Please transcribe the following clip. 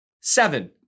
Seven